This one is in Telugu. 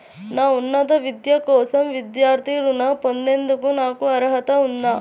నా ఉన్నత విద్య కోసం విద్యార్థి రుణం పొందేందుకు నాకు అర్హత ఉందా?